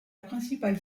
principale